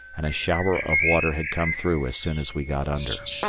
and a shower of water had come through as soon as we got under.